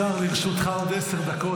השר, לרשותך עוד עשר דקות.